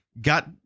got